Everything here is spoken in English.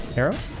euros